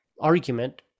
argument